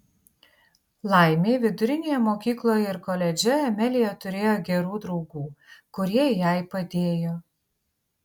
laimei vidurinėje mokykloje ir koledže amelija turėjo gerų draugų kurie jai padėjo